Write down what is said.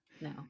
No